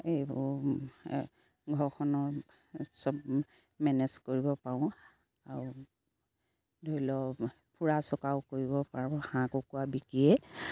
এইবোৰ ঘৰখনৰ চব মেনেজ কৰিব পাৰোঁ আৰু ধৰি লওক ফুৰা চকাও কৰিব পাৰোঁ হাঁহ কুকুৰা বিকিয়ে